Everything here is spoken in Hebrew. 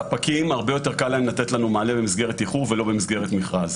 לספקים הרבה יותר קל לתת לנו מענה במסגרת תיחור ולא במסגרת מכרז,